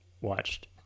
watched